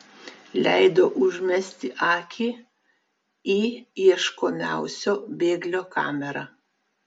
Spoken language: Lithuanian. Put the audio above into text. leido užmesti akį į ieškomiausio bėglio kamerą